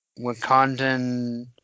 Wakandan